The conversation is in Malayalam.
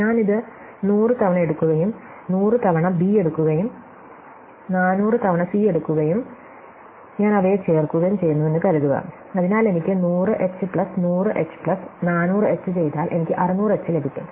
ഞാൻ ഇത് 100 തവണ എടുക്കുകയും 100 തവണ ബി എടുക്കുകയും 400 തവണ സി എടുക്കുകയും ഞാൻ അവയെ ചേർക്കുകയും ചെയ്യുന്നുവെന്ന് കരുതുക അതിനാൽ എനിക്ക് 100 H plus 100 H plus 400 H ചെയ്താൽ എനിക്ക് 600 എച്ച് ലഭിക്കും